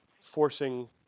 forcing